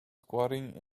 squatting